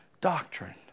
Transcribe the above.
doctrine